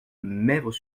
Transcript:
mesves